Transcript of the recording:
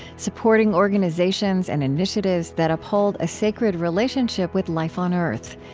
supporting organizations and initiatives that uphold a sacred relationship with life on earth.